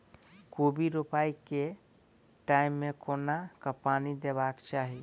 कोबी रोपय केँ टायम मे कोना कऽ पानि देबाक चही?